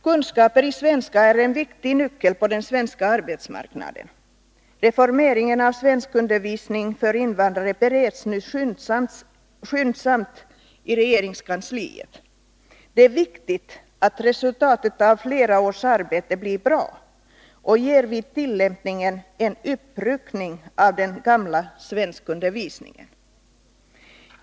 Kunskaper i svenska är en viktig nyckel till den svenska arbetsmarknaden. Reformeringen av svenskundervisningen för invandrare bereds nu skyndsamt i regeringskansliet. Det är viktigt att resultatet av detta fleråriga arbete blir bra och att det kommer att leda till en uppryckning av den gamla svenskundervisningen.